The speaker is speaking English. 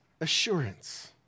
assurance